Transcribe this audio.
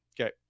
Okay